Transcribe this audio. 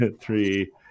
three